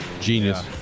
genius